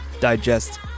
digest